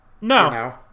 No